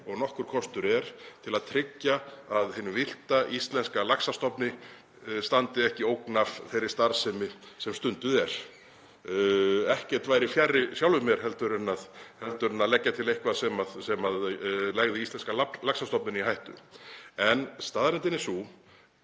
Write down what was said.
og nokkur kostur er til að tryggja að hinum villta íslenska laxastofni standi ekki ógn af þeirri starfsemi sem stunduð er. Ekkert væri fjarri sjálfum mér en að leggja til eitthvað sem legði íslenska laxastofninn í hættu. En staðreyndin er sú